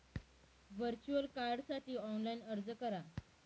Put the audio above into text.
virtual कार्डसाठी online अर्ज करा